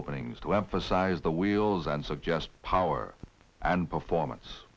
openings to emphasize the wheels and suggest power and performance